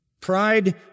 Pride